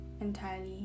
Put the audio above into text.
entirely